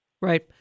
Right